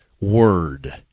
word